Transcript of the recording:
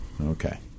Okay